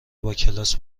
باکلاس